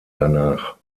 danach